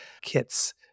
Kits